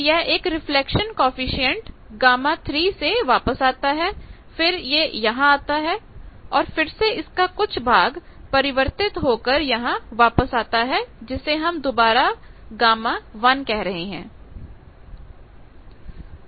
तो यह एक रिफ्लेक्शन कॉएफिशिएंट Γ3 से वापस आता है फिर यह यहां आता है और फिर से इसका कुछ भाग परिवर्तित होकर यहां वापस आता है जिसे हम दोबारा Γ1 कह रहे हैं